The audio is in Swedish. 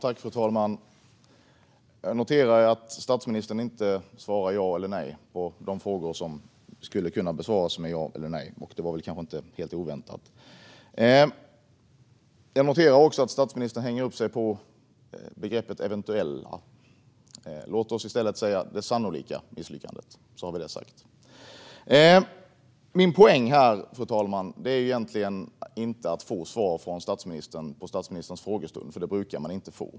Fru talman! Jag noterade att statsministern inte svarade ja eller nej på de frågor som skulle ha kunnat besvaras med ja eller nej, och det var väl kanske inte helt oväntat. Jag noterade också att statsministern hängde upp sig på begreppet "eventuella". Låt oss i stället säga "det sannolika misslyckandet", så har vi det sagt. Min poäng här, fru talman, är egentligen inte att få svar från statsministern under statsministerns frågestund, för det brukar man inte få.